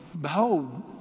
Behold